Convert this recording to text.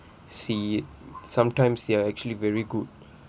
see it sometimes they are actually very good